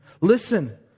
Listen